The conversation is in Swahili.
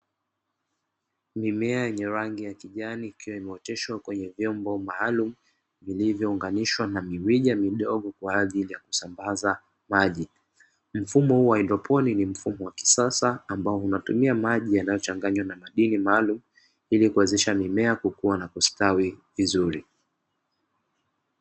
Mimea yenye rangi ya kijani ikiwa imeoteshwa kwenye vyombo maalumu, vilivyo unganishwa na mirija midogo kwa ajili ya kusambaza maji. Mfumo huu wa haidroponi ni mfumo wa kisasa, ambao unatumika maji yanayochanganywa na madini maalumu, ili kuwezesha mimea kukua na kustawi vizuri.